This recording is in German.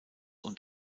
und